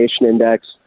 Index